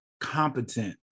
competent